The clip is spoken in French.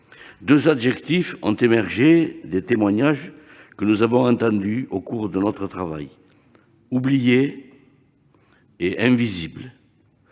Deux adjectifs ont émergé des témoignages que nous avons entendus au cours de notre travail :« oubliées » et « invisibles ».